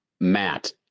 Matt